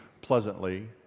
pleasantly